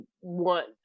want